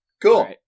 cool